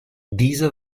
diese